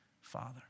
father